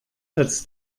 als